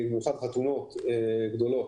בפרט חתונות גדולות,